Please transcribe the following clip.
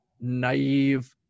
naive